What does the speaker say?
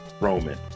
Roman